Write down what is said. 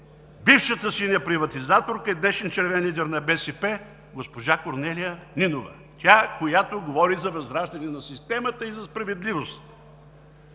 бившата синя приватизаторка и днешен червен лидер на БСП госпожа Корнелия Нинова. Тя, която говори за възраждане на системата и за справедливост!